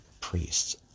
priests